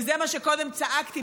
וזה מה שקודם צעקתי,